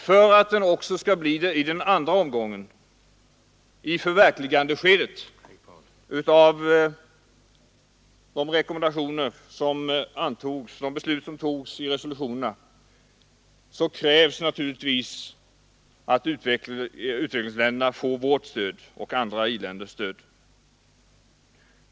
För att den skall bli det också i andra omgången, i skedet av förverkligande av de resolutioner som antogs, krävs naturligtvis att utvecklingsländerna får vårt och andra industriländers stöd.